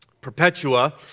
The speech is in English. Perpetua